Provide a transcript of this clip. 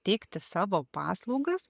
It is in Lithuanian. teikti savo paslaugas